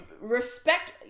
respect